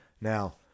now